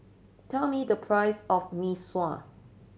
tell me the price of Mee Sua